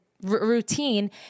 routine